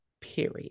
period